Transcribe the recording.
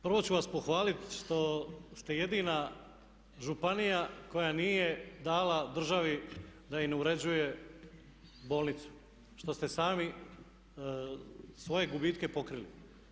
Prvo ću vas pohvaliti što ste jedina županija koja nije dala državi da im uređuje bolnicu, što ste sami svoje gubitke pokrili.